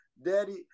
Daddy